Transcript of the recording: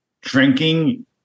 drinking